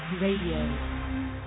Radio